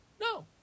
No